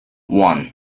one